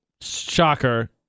shocker